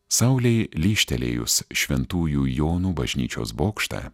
saulei lyžtelėjus šventųjų jonų bažnyčios bokšte